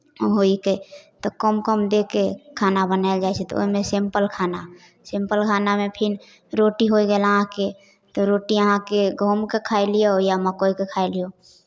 होइ जेतै तऽ कम कम दऽ कऽ खाना बनायल जाइ छै तऽ ओहिमे सिम्पल खाना सिम्पल खानामे फिन रोटी होइ गेल अहाँके तऽ रोटी अहाँके गहूमके खाए लिऔ या मकइके खाइ लिऔ